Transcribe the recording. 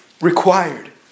Required